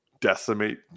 decimate